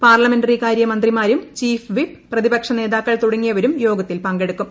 പാർലമെന്ററികാരൃ മന്ത്രിമാരും chief whip പ്രതിപക്ഷ നേതാക്കൾ തുടങ്ങിയവരും യോഗത്തിൽ പങ്കെടുക്കും